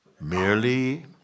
merely